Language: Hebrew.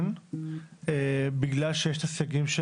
כן, בגלל שיש את הסייגים.